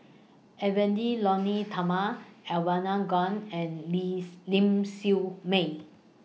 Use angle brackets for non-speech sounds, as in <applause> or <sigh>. Edwy <noise> Lyonet Talma Elangovan and Niss Ling Siew May